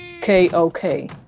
K-O-K